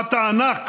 תהלוכת הענק